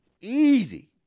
easy